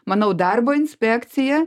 manau darbo inspekcija